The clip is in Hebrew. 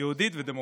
יהודית ודמוקרטית.